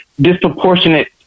disproportionate